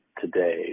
today